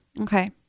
Okay